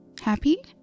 Happy